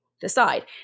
decide